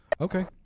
Okay